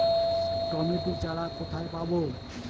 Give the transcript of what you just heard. Tomato চারা কোথায় পাবো?